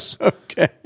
Okay